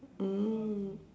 mm